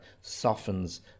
softens